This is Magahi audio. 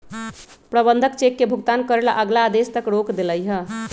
प्रबंधक चेक के भुगतान करे ला अगला आदेश तक रोक देलई ह